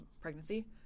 pregnancy